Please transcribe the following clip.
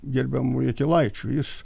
gerbiamu jakilaičiu jis